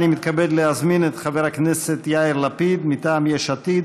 אני מתכבד להזמין את חבר הכנסת יאיר לפיד מטעם יש עתיד.